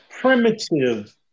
primitive